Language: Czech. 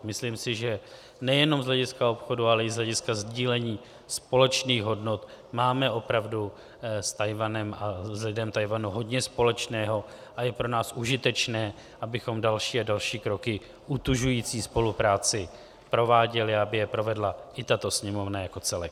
Myslím si, že nejenom z hlediska obchodu, ale i z hlediska sdílení společných hodnot máme opravdu s Tchajwanem a s lidem Tchajwanu hodně společného a je pro nás užitečné, abychom další a další kroky utužující spolupráci prováděli a aby je provedla i tato Sněmovna jako celek.